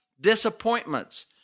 disappointments